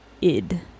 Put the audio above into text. id